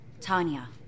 Tanya